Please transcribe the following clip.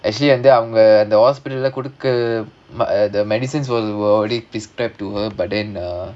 actually ended up அவங்க:avanga hospital leh கொடுக்க:kodukka the medicines were already prescribed to her but then uh